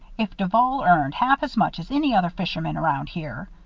if duval earned half as much as any other fisherman around here,